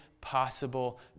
possible